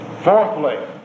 Fourthly